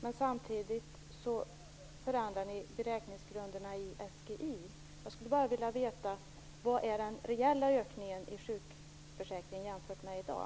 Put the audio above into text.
Men samtidigt förändrar ni beräkningsgrunderna i SGI. Jag skulle bara vilja veta: Vad är den reella ökningen i sjukförsäkringen jämfört med i dag?